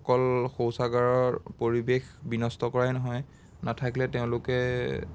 অকল শৌচাগাৰৰ পৰিৱেশ বিনষ্ট কৰাই নহয় নাথাকিলে তেওঁলোকে